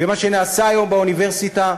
מה שנעשה היום באוניברסיטה,